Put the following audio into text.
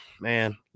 man